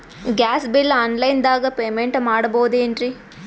Gas bill online ದಾಗ payment ಮಾಡಬೋದೇನ್ರಿ?